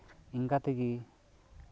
ᱚᱱᱠᱟ ᱛᱮᱜᱮ